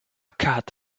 cat